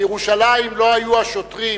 בירושלים לא היו השוטרים